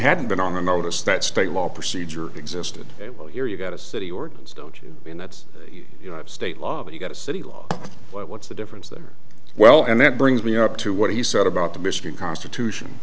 hadn't been on the notice that state law procedure existed and well here you've got a city ordinance don't you mean that's you know state law you get a city law what's the difference there well and that brings me up to what he said about the michigan constitution